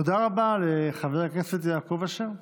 תודה רבה לחבר הכנסת יעקב אשר.